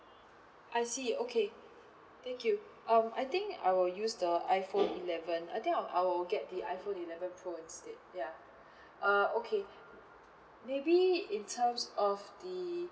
I see okay thank you um I think I will use the iphone eleven I think I'll I will get the iphone eleven pro instead yeah uh okay maybe in terms of the